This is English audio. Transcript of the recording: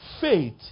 Faith